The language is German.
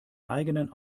eigenen